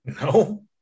No